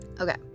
Okay